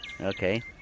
Okay